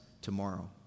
tomorrow